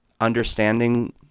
understanding